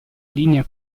linea